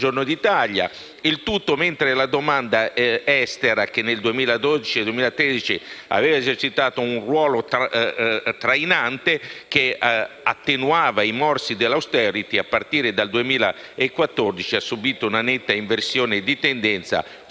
il tutto mentre la domanda estera, che nel 2012 e 2013 aveva esercitato un ruolo traente, che attenuava i morsi dell'*austerity*, a partire dal 2014 ha subito una netta inversione di tendenza,